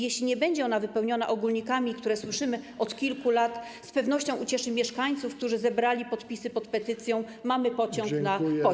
Jeśli nie będzie ona wypełniona ogólnikami, które słyszymy od kilku lat, z pewnością ucieszy mieszkańców, którzy zebrali podpisy pod petycją ˝Mamy pociąg na pociąg˝